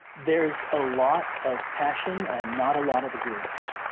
there's a lot of passion and not a lot of agreement.